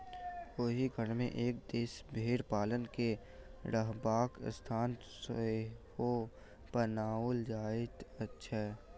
ओहि घर मे एक दिस भेंड़ पालक के रहबाक स्थान सेहो बनाओल जाइत छै